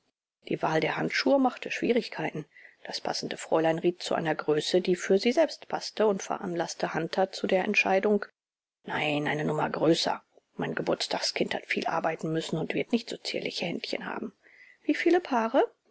die wahl der handschuhe machte schwierigkeiten das bedienende fräulein riet zu einer nummer die für sie selbst paßte und veranlaßte hunter zu der entscheidung nein eine nummer größer mein geburtstagskind hat viel arbeiten müssen und wird nicht so zierliche händchen haben wieviel paare